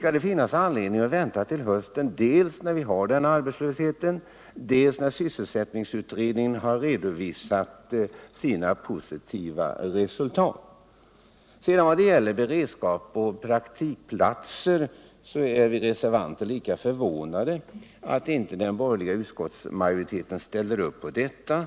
Kan det finnas anledning att vänta till hösten? Dels har vi ju nu stor arbetslöshet, dels har sysselsättningsutredningen redovisat positiva resultat av intensifierad förmedlingsverksamhet. När det gäller beredskapsarbeten och praktikplatser är vi reservanter också förvånade över att inte den borgerliga utskottsmajoriteten ställer upp på förslagen.